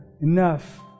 enough